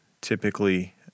typically